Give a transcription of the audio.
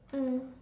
mm